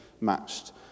matched